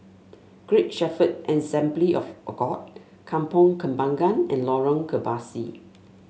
Great Shepherd Assembly of God Kampong Kembangan and Lorong Kebasi